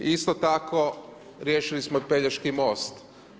Isto tako riješili smo i Pelješki most.